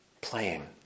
playing